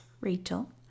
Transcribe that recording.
Rachel